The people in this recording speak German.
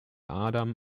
adam